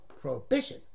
prohibition